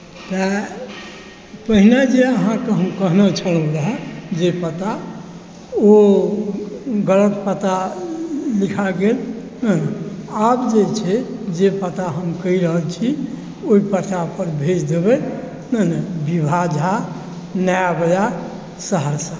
पहिने जे अहाँकेॅं हम कहने छलहुँ हैं जे पता ओ गलत पता लिखा गेल आब जे छै जे पता हम कहि रहल छी ओहि पता पर भेज देबै नहि ने विभा झा नया बाजार सहरसा